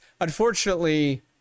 unfortunately